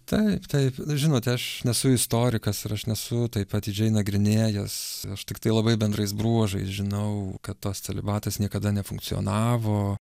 taip taip žinote aš nesu istorikas ir aš nesu taip atidžiai nagrinėjęs aš tiktai labai bendrais bruožais žinau kad tas celibatas niekada nefunkcionavo